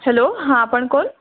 hello हां आपण कोण